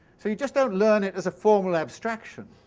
so you just don't learn it as a formal abstraction.